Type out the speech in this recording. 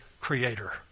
creator